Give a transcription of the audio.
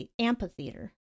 amphitheater